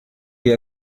wir